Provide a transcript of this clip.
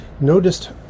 noticed